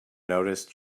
noticed